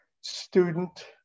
student